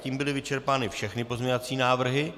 Tím byly vyčerpány všechny pozměňovací návrhy.